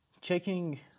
checking